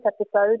episode